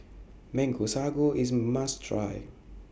Mango Sago IS must Try